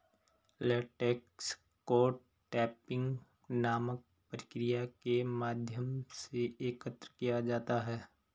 latex को tapping नामक प्रक्रिया के माध्यम से एकत्र किया जाता है